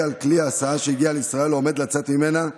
לכלי הסעה שהגיע לישראל ועומד לצאת ממנה,